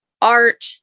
art